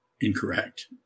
incorrect